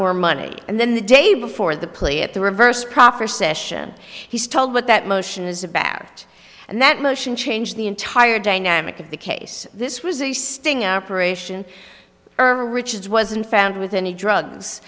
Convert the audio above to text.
more money and then the day before the plea at the reverse proffer session he's told what that motion is about and that motion changed the entire dynamic of the case this was a sting operation or richard wasn't found with any drugs